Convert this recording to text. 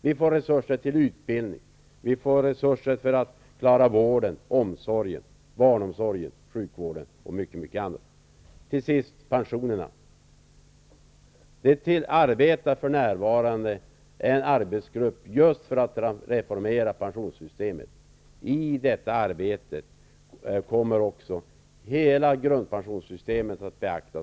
Vi får resurser till utbildning, till att klara barnomsorgen, sjukvården och mycket annat. Slutligen till frågan om pensionerna. En arbetsgrupp arbetar för närvarande med ett förslag till att reformera pensionssystemet. I detta arbete kommer också hela grundpensionssystemet att beaktas.